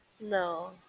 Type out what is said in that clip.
no